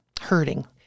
hurting